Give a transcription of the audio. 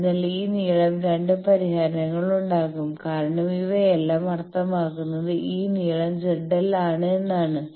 അതിനാൽ ഈ നീളം 2 പരിഹാരങ്ങൾ ഉണ്ടാകും കാരണം ഇവയെല്ലാം അർത്ഥമാക്കുന്നത് ഈ നീളം ZL ആണ് എന്നാണ്